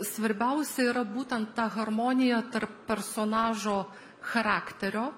svarbiausia yra būtent ta harmonija tarp personažo charakterio